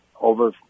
over